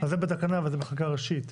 אז זה בתקנה וזה בחקיקה ראשית.